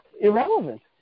irrelevant